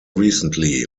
recently